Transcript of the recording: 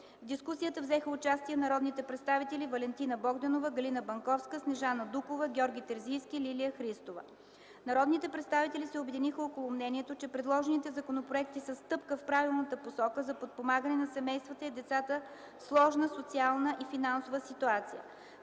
дискусията взеха участие народните представители Валентина Богданова, Галина Банковска, Снежана Дукова, Георги Терзийски, Лилия Христова. Народните представители се обединиха около мнението, че предложените законопроекти са стъпка в правилната посока за подпомагане на семействата и децата в сложна социална и финансова ситуация.